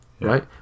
right